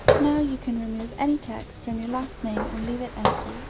now you can remove any text from your last name and leave it empty.